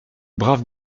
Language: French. brave